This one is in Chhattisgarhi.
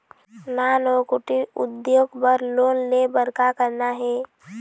नान अउ कुटीर उद्योग बर लोन ले बर का करना हे?